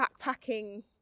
backpacking